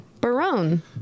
Barone